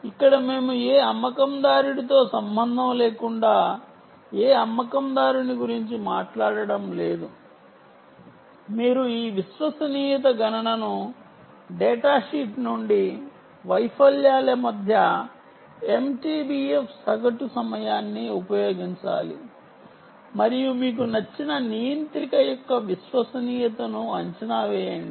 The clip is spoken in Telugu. ఇక్కడ మేము ఏ అమ్మకందారుడితో సంబంధం లేకుండా ఏ అమ్మకందారుని గురించి మాట్లాడటం లేదు మీరు ఈ విశ్వసనీయత గణనను డేటాషీట్ నుండి వైఫల్యాల మధ్య MTBF సగటు సమయాన్ని ఉపయోగించాలి మరియు మీకు నచ్చిన నియంత్రిక యొక్క విశ్వసనీయతను అంచనా వేయండి